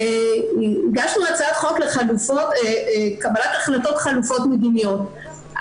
הגשנו הצעת חוק לקבלת החלטות חלופות מדיניות.